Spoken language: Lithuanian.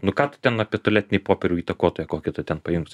nu ką tu ten apie tualetinį popierių įtakotoją kokį tu ten paimsi